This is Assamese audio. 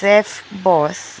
চেফবছ